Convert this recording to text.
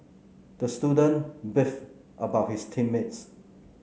the student beefed about his team mates